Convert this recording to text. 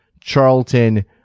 Charlton